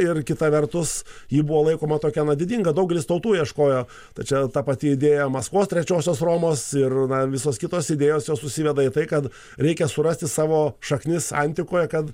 ir kita vertus ji buvo laikoma tokia na didinga daugelis tautų ieškojo tai čia ta pati idėja maskvos trečiosios romos ir visos kitos idėjos jos susiveda į tai kad reikia surasti savo šaknis antikoje kad